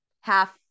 half